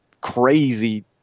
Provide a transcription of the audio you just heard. crazy